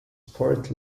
port